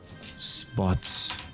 spots